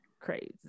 crazy